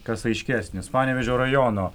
kas aiškesnis panevėžio rajono